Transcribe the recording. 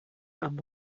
amb